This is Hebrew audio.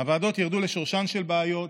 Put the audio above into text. הוועדות ירדו לשורשן של בעיות,